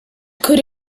could